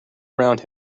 around